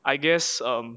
I guess um